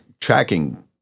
tracking